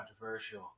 controversial